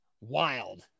wild